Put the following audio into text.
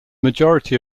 majority